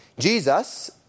Jesus